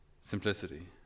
simplicity